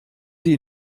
sie